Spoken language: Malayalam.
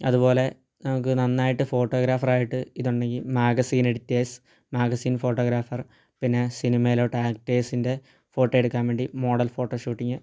അതുപോലെ നമുക്ക് നന്നായിട്ട് ഫോട്ടോഗ്രാഫറായിട്ട് ഇതുണ്ടെങ്കിൽ മാഗസീൻ എഡിറ്റേഴ്സ് മാഗസീൻ ഫോട്ടോഗ്രാഫർ പിന്നെ സിനിമയിലോട്ട് ആക്റ്റേഴ്സിൻ്റെ ഫോട്ടോയെടുക്കാൻ വേണ്ടി മോഡൽ ഫോട്ടോ ഷൂട്ടിങ്